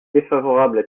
défavorable